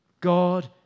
God